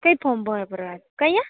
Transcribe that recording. ક્યાં ફોર્મ ભર ભરવા ક્યાં